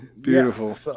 Beautiful